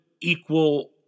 equal